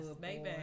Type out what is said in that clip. baby